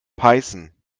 python